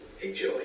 Enjoy